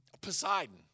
Poseidon